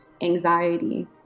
anxiety